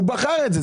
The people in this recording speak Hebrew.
הוא בחר את זה.